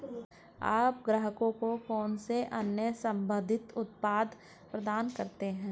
आप ग्राहकों को कौन से अन्य संबंधित उत्पाद प्रदान करते हैं?